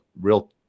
real